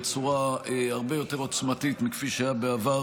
בצורה הרבה יותר עוצמתית מכפי שהיה בעבר,